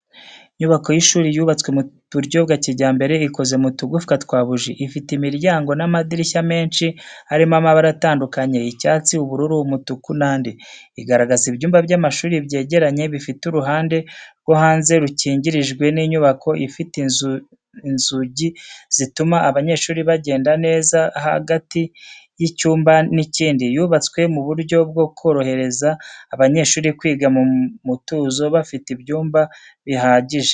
Inyubako y'ishuri yubatswe mu buryo bwa kijyambere, ikoze mu tugufwa twa buji. Ifite imiryango n’amadirishya menshi arimo amabara atandukanye icyatsi, ubururu, umutuku n’andi. Igaragaza ibyumba by’amashuri byegeranye, bifite uruhande rwo hanze rukingirijwe n’inyubako ifite inzuzi zituma abanyeshuri bagenda neza hagati y’icyumba n’ikindi. Yubatswe mu buryo bwo korohereza abanyeshuri kwiga mu mutuzo, bafite ibyumba bihagije n’urumuri rwinshi rwinjira mu madirishya.